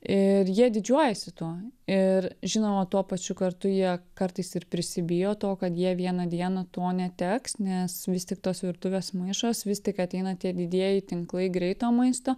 ir jie didžiuojasi tuo ir žinoma tuo pačiu kartu jie kartais ir prisibijo to kad jie vieną dieną to neteks nes vis tik tos virtuvės maišos vis tik ateina tie didieji tinklai greito maisto